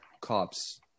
cops